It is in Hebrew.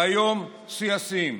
והיום, שיא השיאים: